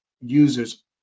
users